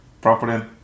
properly